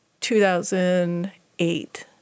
2008